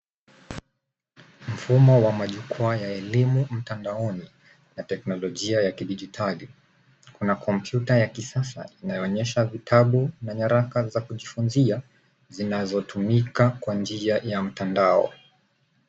Mfumo wa majukwaa ya elimu mtandaoni na teknolojia ya kidijitali. Kuna kompyuta ya kisasa inayoonyesha vitabu na nyaraka za kujifunzia, zinazotumika kwa njia ya mtandao.